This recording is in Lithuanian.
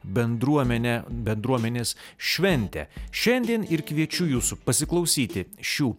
bendruomenę bendruomenės šventę šiandien ir kviečiu jūsų pasiklausyti šių